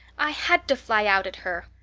i had to fly out at her.